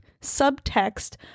subtext